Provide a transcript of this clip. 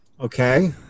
Okay